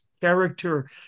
character